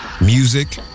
Music